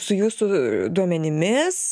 su jūsų duomenimis